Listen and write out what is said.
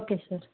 okay sir